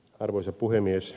arvoisa puhemies